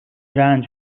رنج